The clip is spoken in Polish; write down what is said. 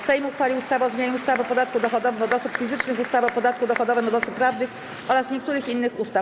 Sejm uchwalił ustawę o zmianie ustawy o podatku dochodowym od osób fizycznych, ustawy o podatku dochodowym od osób prawnych oraz niektórych innych ustaw.